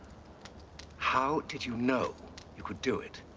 how did you know you could do it?